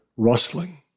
rustling